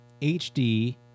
HD